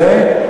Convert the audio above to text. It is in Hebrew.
זה?